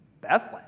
Bethlehem